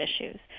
issues